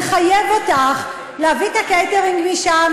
לחייב אותך להביא את הקייטרינג משם,